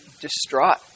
distraught